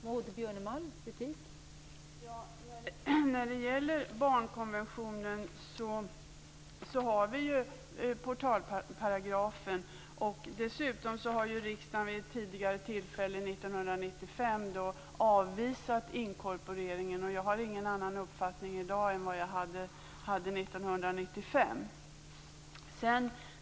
Fru talman! När det gäller barnkonventionen vill jag säga att vi har portalparagrafen. Dessutom har ju riksdagen vid ett tidigare tillfälle 1995 avvisat inkorporeringen. Jag har ingen annan uppfattning i dag än vad jag hade 1995.